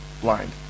blind